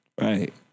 Right